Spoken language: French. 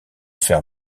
faire